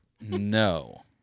no